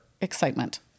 excitement